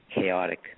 chaotic